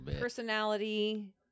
personality